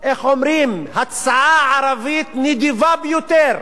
הצעה ערבית נדיבה ביותר,